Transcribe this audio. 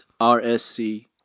RSC